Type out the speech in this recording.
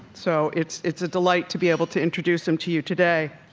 so it's it's a delight to be able to introduce him to you today.